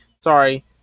Sorry